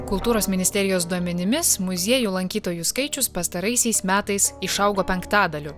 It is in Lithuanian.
kultūros ministerijos duomenimis muziejų lankytojų skaičius pastaraisiais metais išaugo penktadaliu